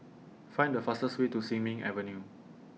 Find The fastest Way to Sin Ming Avenue